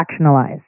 fractionalized